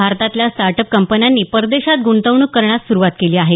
भारतातल्या startup कंपन्यांनी परदेशात ग्रंतवणूक करण्यास सुरवात केली आहे